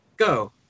Go